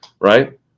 right